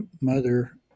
mother